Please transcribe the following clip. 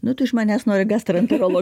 nu tu iš manęs nori gastroenterolog